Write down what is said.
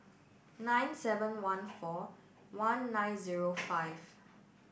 nine seven one four one nine zero five